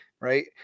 right